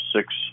six